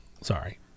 sorry